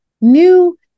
New